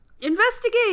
investigate